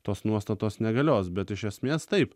tos nuostatos negalios bet iš esmės taip